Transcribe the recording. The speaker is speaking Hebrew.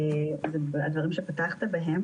תוכנית WIC היא תוכנית אמריקאית,